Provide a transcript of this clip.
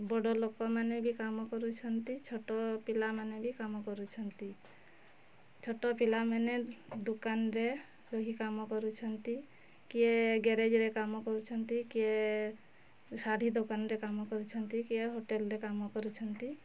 ବଡ଼ ଲୋକମାନେ ବି କାମ କରୁଛନ୍ତି ଛୋଟ ପିଲାମାନେ ବି କାମ କରୁଛନ୍ତି ଛୋଟ ପିଲାମାନେ ଦୋକାନରେ ରହି କାମ କରୁଛନ୍ତି କିଏ ଗ୍ୟାରେଜ୍ରେ କାମ କରୁଛନ୍ତି କିଏ ଶାଢ଼ୀ ଦୋକାନରେ କାମ କରୁଛନ୍ତି କିଏ ହୋଟେଲ୍ରେ କାମ କରୁଛନ୍ତି